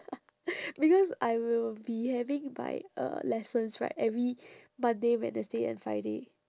because I will be having my uh lessons right every monday wednesday and friday